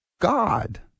God